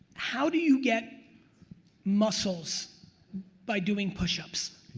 how do you get muscles by doing push-ups?